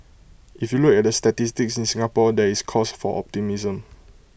if you look at the statistics in Singapore there is cause for optimism